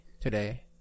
today